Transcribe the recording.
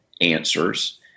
answers